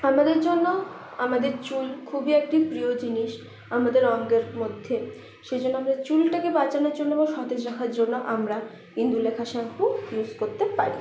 আমাদের জন্য আমাদের চুল খুবই একটি প্রিয় জিনিস আমাদের অঙ্গের মধ্যে সেই জন্য আমরা চুলটাকে বাঁচানোর জন্য বা সতেজ রাখার জন্য আমরা ইন্দুলেখা শ্যাম্পু ইউস করতে পারি